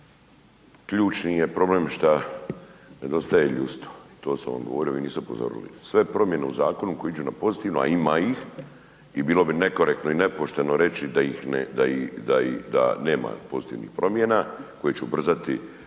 ključni je problem šta nedostaje ljudstvo, to sam vam govorio, vi niste upozorili, sve promjene zakonu koje idu na pozitivno a ima ih i bilo bi nekorektno i nepošteno reći da nema pozitivnih promjena, koje će ubrzati ono